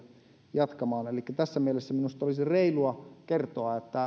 jatkamaan elikkä tässä mielessä minusta olisi reilua kertoa